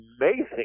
amazing